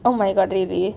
oh my god really